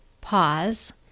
Pause